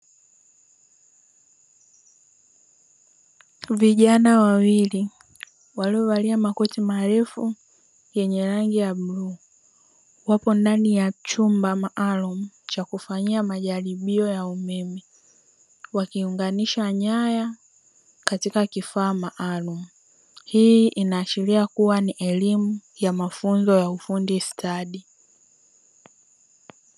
Vijana wawili waliovalia makoti marefu yenye rangi ya bluu, wapo ndani ya chumba maalumu cha kufanyia majaribio ya umeme, wakiunganisha nyaya katika kifaa maalumu hii inaashiria kuwa ni elimu ya mafunzo ya ufundi stadi.